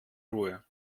ruhe